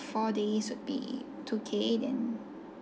four days would be two K then